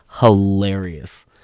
hilarious